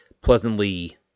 pleasantly